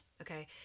Okay